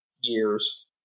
years